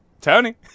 Tony